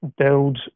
build